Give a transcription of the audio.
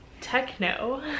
Techno